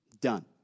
Done